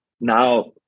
now